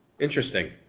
Interesting